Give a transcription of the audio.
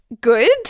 good